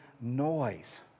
noise